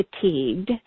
fatigued